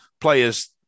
players